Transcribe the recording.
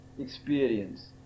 experience